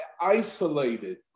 isolated